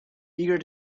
eager